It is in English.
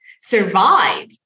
survive